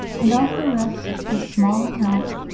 and of the rest, of small account,